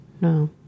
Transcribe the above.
No